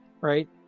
right